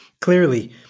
clearly